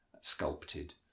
sculpted